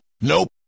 nope